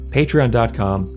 patreon.com